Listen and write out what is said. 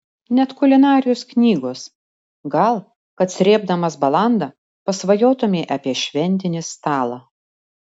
net kulinarijos knygos gal kad srėbdamas balandą pasvajotumei apie šventinį stalą